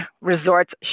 resorts